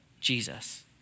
Jesus